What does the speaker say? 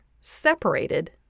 separated